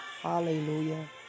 Hallelujah